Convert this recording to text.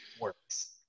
works